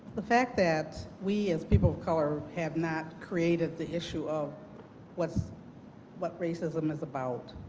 the fact that we as people of color have not created the issue of what is what racism is about,